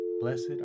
Blessed